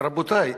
רבותי,